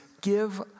give